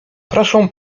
proszę